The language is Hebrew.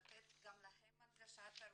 לתת גם להם הנגשה תרבותית,